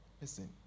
Listen